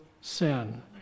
sin